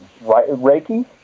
Reiki